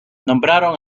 nombraron